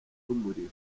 z’umuriro